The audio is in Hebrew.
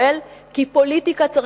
כי פוליטיקה צריך ללמוד,